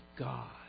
God